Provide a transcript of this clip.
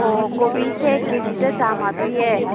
ꯑꯣ ꯀꯣꯕꯤꯁꯦ ꯀꯦ ꯖꯤꯗ ꯆꯥꯝꯃ ꯄꯤꯌꯦ